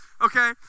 okay